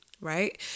right